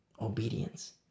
Obedience